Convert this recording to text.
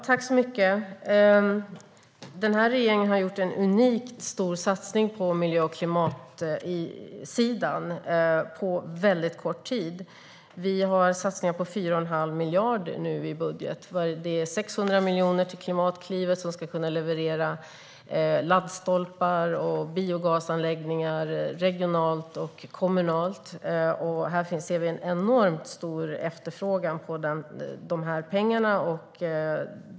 Herr talman! Den här regeringen har gjort en unikt stor satsning på miljö och klimatsidan på väldigt kort tid. Vi har nu satsningar på 4 1⁄2 miljard i budgeten. Det är 600 miljoner till Klimatklivet som ska kunna leverera laddstolpar och biogasanläggningar regionalt och kommunalt. Vi ser en enormt stor efterfrågan på de här pengarna.